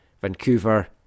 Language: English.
Vancouver